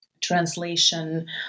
translation